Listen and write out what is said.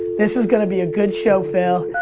this is gonna be a good show, phil.